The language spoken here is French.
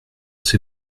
ses